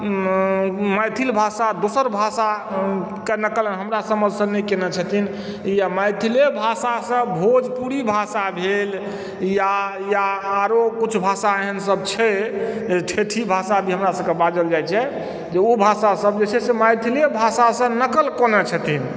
मैथिल भाषा दोसर भाषाके नकल हमरा समझ से नहि कयने छथिन या मैथिले भाषासँ भोजपुरी भाषा भेल या या आरो किछु भाषा एहन सब छै जे ठेठही भाषा भी हमरा सभके बाजल जाइ छै जे ओ भाषा सब जे छै से मैथिलिये भाषासँ नक़ल कयने छथिन